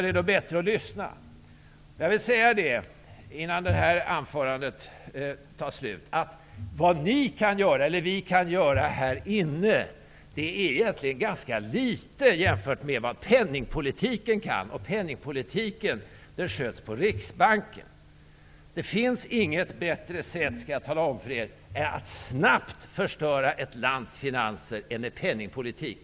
Det är bättre att lyssna. Innan det här anförandet är slut vill jag säga att vi här inne egentligen kan göra ganska litet jämfört med vad man kan göra genom penningpolitiken. Penningpolitiken sköts på Riksbanken. Det finns inget bättre sätt att snabbt förstöra ett lands finanser än att använda penningpolitiken.